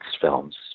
films